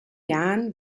jahren